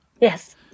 Yes